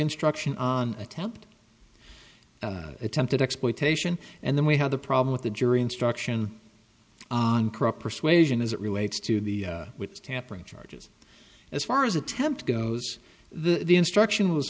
instruction attempt attempted exploitation and then we had the problem with the jury instruction on corrupt persuasion as it relates to the tampering charges as far as attempt goes the instruction was